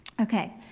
Okay